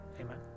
Amen